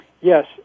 Yes